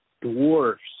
dwarfs